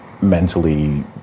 mentally